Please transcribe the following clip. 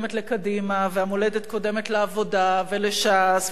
והמולדת קודמת לעבודה ולש"ס ולישראל ביתנו,